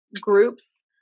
groups